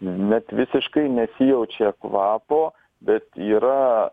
net visiškai nesijaučia kvapo bet yra